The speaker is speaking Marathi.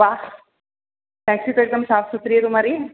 वाह टॅक्सी तो एकदम साफसुथरी है तुम्हारी